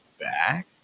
back